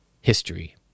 history